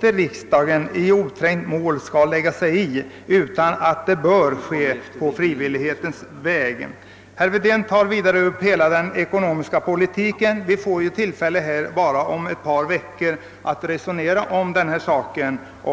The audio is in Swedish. riksdagen inte i oträngt mål skall lägga sig i denna fråga; den bör lösas på frivillighetens väg. Herr Wedén tog upp den ekonomiska politiken i stort. Vi får tillfälle att bara om ett par veckor resonera härom.